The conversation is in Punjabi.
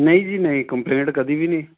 ਨਹੀਂ ਜੀ ਨਹੀਂ ਕੰਪਲੇਟ ਕਦੀ ਵੀ ਨਹੀਂ